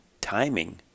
timing